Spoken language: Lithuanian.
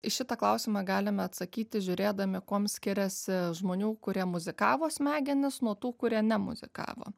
į šitą klausimą galime atsakyti žiūrėdami kuom skiriasi žmonių kurie muzikavo smegenys nuo tų kurie nemuzikavo